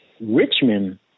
Richmond